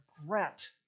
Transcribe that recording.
regret